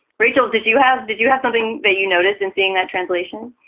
rachel, did you have. did you have something that you noticed in seeing that translation?